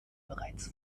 bereits